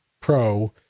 Pro